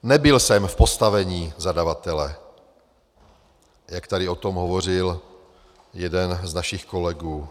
Nebyl jsem v postavení zadavatele, jak tady o tom hovořil jeden z našich kolegů.